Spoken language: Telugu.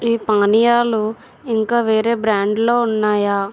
ఈ పానీయాలు ఇంకా వేరే బ్రాండ్లో ఉన్నాయా